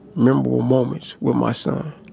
memorable moments with my son